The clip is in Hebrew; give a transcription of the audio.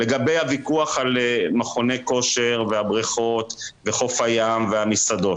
לגבי הוויכוח על מכוני כושר והבריכות וחוף הים והמסעדות,